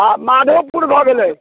आ माधोपुर भऽ गेलै